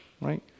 right